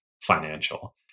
financial